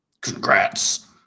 congrats